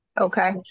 Okay